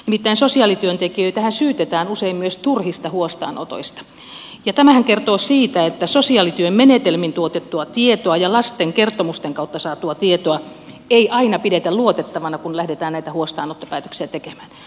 nimittäin sosiaalityöntekijöitähän syytetään usein myös turhista huostaanotoista ja tämähän kertoo siitä että sosiaalityön menetelmin tuotettua tietoa ja lasten kertomusten kautta saatua tietoa ei aina pidetä luotettavana kun lähdetään näitä huostaanottopäätöksiä tekemään